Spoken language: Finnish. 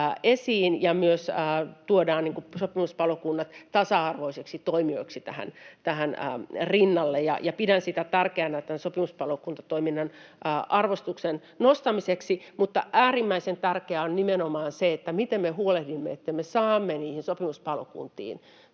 ja myös tuodaan sopimuspalokunnat tasa-arvoisiksi toimijoiksi tähän rinnalle. Pidän sitä tärkeänä sopimuspalokuntatoiminnan arvostuksen nostamiseksi. Äärimmäisen tärkeää on nimenomaan se, miten me huolehdimme, että me saamme niihin sopimuspalokuntiin